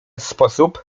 sposób